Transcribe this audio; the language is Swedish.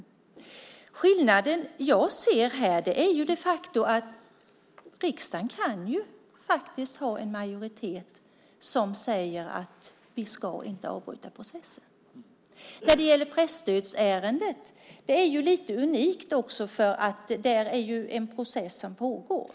Den skillnad jag ser här är de facto att riksdagen kan ha en majoritet som säger att vi inte ska avbryta processen. Presstödsärendet är ju lite unikt, för det är en process som pågår.